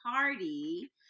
party